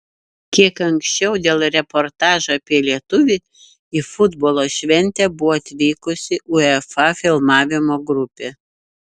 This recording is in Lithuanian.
kiek anksčiau dėl reportažo apie lietuvį į futbolo šventę buvo atvykusi uefa filmavimo grupė